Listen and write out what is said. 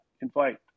invite